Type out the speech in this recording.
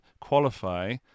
qualify